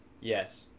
Yes